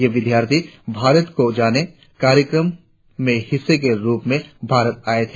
ये विद्यार्थि भारत को जाने कार्यक्रम से हिस्से के रुप में भारत आए है